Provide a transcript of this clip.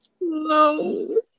No